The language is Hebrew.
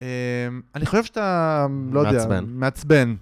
אני חושב שאתה מעצבן.